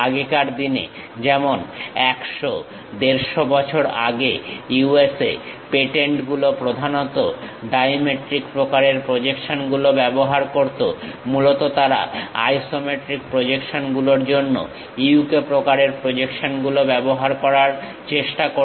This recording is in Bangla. আগেকার দিনে যেমন 100 150 বছর আগে US এ পেটেন্ট গুলো প্রধানত ডাইমেট্রিক প্রকারের প্রজেকশনগুলো ব্যবহার করত মূলত তারা আইসোমেট্রিক প্রজেকশন গুলোর জন্য UK প্রকারের প্রজেকশন গুলো ব্যবহার করার চেষ্টা করত